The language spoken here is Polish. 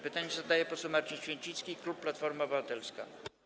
Pytanie zadaje poseł Marcin Święcicki, klub Platforma Obywatelska.